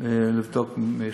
לבדוק מחדש.